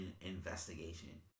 investigation